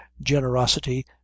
GENEROSITY